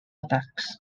attacks